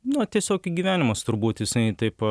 nu tiesiog gyvenimas turbūt jisai taip